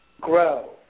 grow